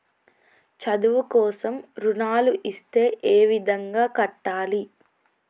చదువు కోసం రుణాలు ఇస్తే ఏ విధంగా కట్టాలి?